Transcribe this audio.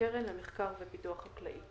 קרן ומחקר ופיתוח חקלאי.